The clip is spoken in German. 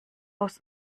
aus